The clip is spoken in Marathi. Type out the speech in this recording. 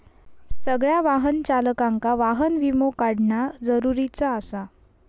सगळ्या वाहन चालकांका वाहन विमो काढणा जरुरीचा आसा